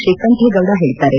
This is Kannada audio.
ಶ್ರೀಕಂಠೇಗೌಡ ಹೇಳಿದ್ದಾರೆ